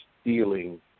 stealing